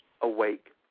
awake